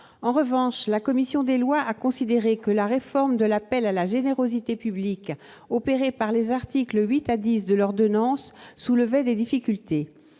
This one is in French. En revanche, la commission des lois a considéré que la réforme de l'appel à la générosité publique opérée par les articles 8 à 10 de l'ordonnance soulevait des difficultés.